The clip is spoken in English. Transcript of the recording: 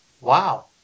Wow